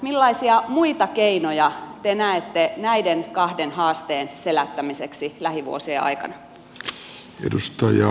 millaisia muita keinoja te näette näiden kahden haasteen selättämiseksi lähivuosien aikana